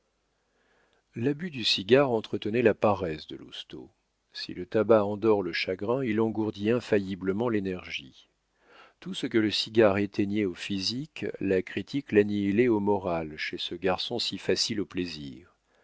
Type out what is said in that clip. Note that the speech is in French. l'abus du cigare entretenait la paresse de lousteau si le tabac endort le chagrin il engourdit infailliblement l'énergie tout ce que le cigare éteignait au physique la critique l'annihilait au moral chez ce garçon si facile au plaisir